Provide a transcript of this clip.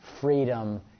freedom